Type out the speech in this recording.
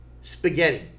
spaghetti